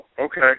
Okay